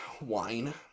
wine